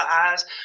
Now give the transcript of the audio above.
eyes